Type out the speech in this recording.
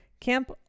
camp